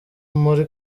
muri